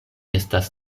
estas